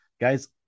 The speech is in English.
Guys